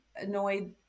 annoyed